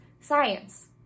science